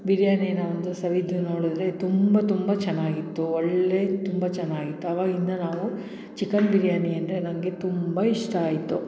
ಬಿರಿಯಾನಿನ ಒಂದು ಸವಿದು ನೋಡಿದರೆ ತುಂಬ ತುಂಬ ಚೆನ್ನಾಗಿತ್ತು ಒಳ್ಳೆಯ ತುಂಬ ಚೆನ್ನಾಗಿತ್ತು ಆವಾಗಿಂದ ನಾವು ಚಿಕನ್ ಬಿರಿಯಾನಿ ಅಂದರೆ ನನಗೆ ತುಂಬ ಇಷ್ಟ ಆಯಿತು